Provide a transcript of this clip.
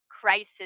crisis